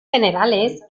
generales